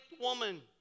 woman